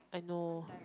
I know